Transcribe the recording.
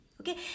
okay